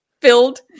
filled